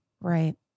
Right